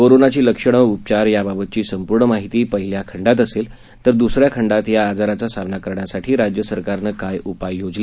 कोरोनाची लक्षणं उपचार या बाबतची संपूर्ण माहिती पहिल्या खंडात असेल तर द्रसऱ्या खंडात या आजाराचा सामना करण्यासाठी राज्य सरकारनं काय उपाय योजले